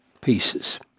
pieces